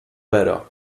better